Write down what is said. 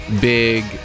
big